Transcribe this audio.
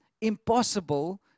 impossible